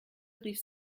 rief